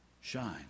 shine